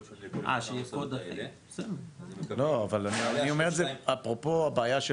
קוד שונה לכל המקומות האלו --- לא אבל אני אומר אפרופו הבעיה של